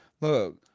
look